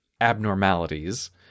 abnormalities